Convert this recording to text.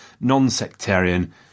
non-sectarian